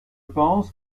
pense